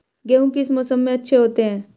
गेहूँ किस मौसम में अच्छे होते हैं?